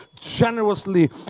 generously